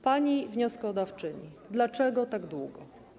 Pani wnioskodawczyni, dlaczego tak długo?